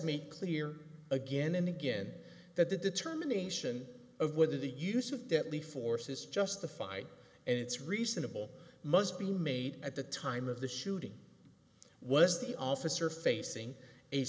made clear again and again that the determination of whether the use of deadly force is justified and it's reasonable must be made at the time of the shooting was the officer facing a